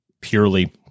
purely